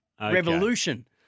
revolution